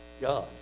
God